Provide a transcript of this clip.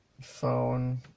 phone